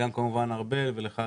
אני מודה גם לארבל וגם לך,